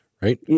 right